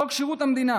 חוק שירות המדינה,